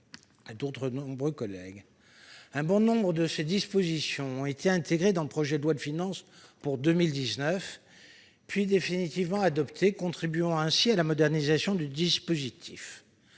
et de nombreux collègues. Un bon nombre des dispositions de cette loi ont été intégrées dans le projet de loi de finances pour 2019 puis définitivement adoptées, contribuant ainsi à la modernisation du dispositif.